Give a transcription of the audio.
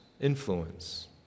influence